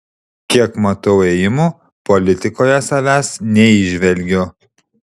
kiek matau ėjimų politikoje savęs neįžvelgiu